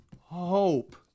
hope